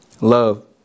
Love